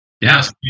Yes